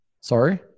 Sorry